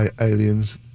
aliens